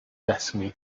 destiny